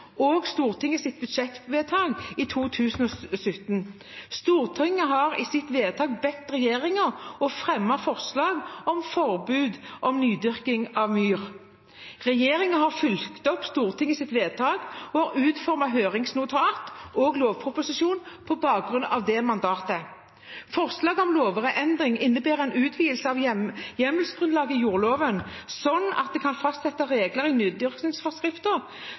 Stortinget i 2012 og Stortingets budsjettvedtak i 2017. Stortinget har i sitt vedtak bedt regjeringen fremme forslag om forbud mot nydyrking av myr. Regjeringen har fulgt opp Stortingets vedtak og utformet høringsnotat og lovproposisjon på bakgrunn av dette mandatet. Forslaget om lovendring innebærer en utvidelse av hjemmelsgrunnlaget i jordloven, slik at det kan fastsettes regler i nydyrkingsforskriften